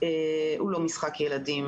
הוא לא משחק ילדים,